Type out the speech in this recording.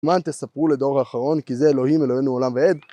למען תספרו לדור אחרון כי זה אלוהים אלוהינו עולם ועד.